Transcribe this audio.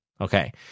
Okay